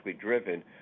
driven